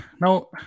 now